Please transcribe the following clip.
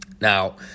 Now